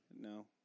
No